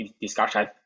discussion